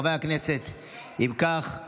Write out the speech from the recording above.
אם כך,